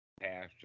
past